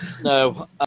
No